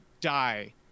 die